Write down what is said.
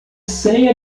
sem